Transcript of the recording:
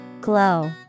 Glow